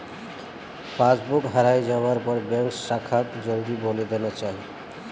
passbook हराई जवार पर बैंक शाखाक जल्दीत बोली देना चाई